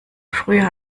früher